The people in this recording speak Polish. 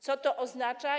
Co to oznacza?